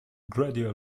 gradual